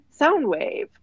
Soundwave